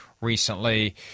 recently